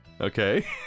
okay